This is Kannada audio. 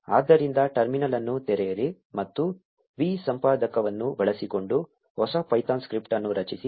ಆದ್ದರಿಂದ ಟರ್ಮಿನಲ್ ಅನ್ನು ತೆರೆಯಿರಿ ಮತ್ತು vi ಸಂಪಾದಕವನ್ನು ಬಳಸಿಕೊಂಡು ಹೊಸ ಪೈಥಾನ್ ಸ್ಕ್ರಿಪ್ಟ್ ಅನ್ನು ರಚಿಸಿ